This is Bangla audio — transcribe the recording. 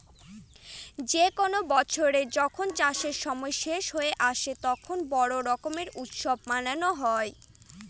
যে কোনো বছরে যখন চাষের সময় শেষ হয়ে আসে, তখন বোরো করুম উৎসব মানানো হয়